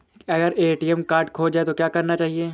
अगर ATM card खो जाए तो क्या करना चाहिए?